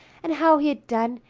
and how he had done,